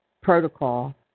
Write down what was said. protocol